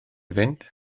fynd